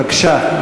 בבקשה,